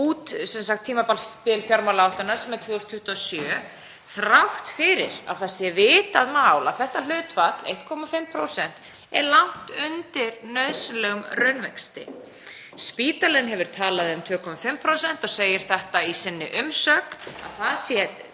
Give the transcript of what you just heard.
út tímabil fjármálaáætlunar, sem er 2027, þrátt fyrir að það sé vitað mál að þetta hlutfall, 1,5%, er langt undir nauðsynlegum raunvexti. Spítalinn hefur talað um 2,5% og segir í sinni umsögn að það sé